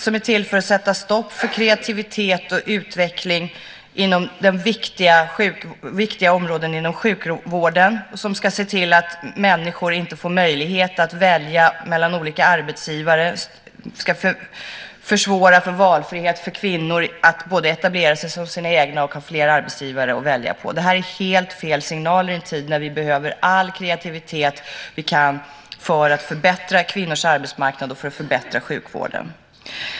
Den är till för att sätta stopp för kreativitet och utveckling inom viktiga områden inom sjukvården och se till att människor inte får möjlighet att välja mellan olika arbetsgivare. Den är till för att försvåra för kvinnors valfrihet att både etablera sig som sina egna och att ha flera arbetsgivare att välja på. Det är helt fel signaler i en tid när vi behöver all kreativitet för att förbättra kvinnors arbetsmarknad och för att förbättra sjukvården.